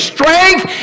Strength